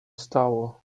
stało